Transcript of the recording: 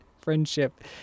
friendship